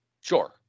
sure